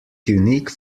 unique